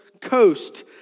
coast